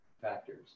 factors